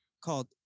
called